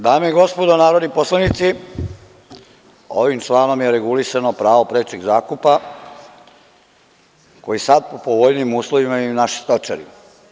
Dame i gospodo narodni poslanici, ovim članom je regulisano pravo prečeg zakupa koji sada po povoljnijim uslovima imaju naši stočari.